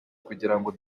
kugirango